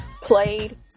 played